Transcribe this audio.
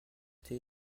été